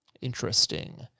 Interesting